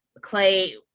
Clay